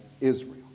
Israel